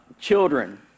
children